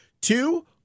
two